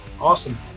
Awesome